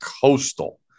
Coastal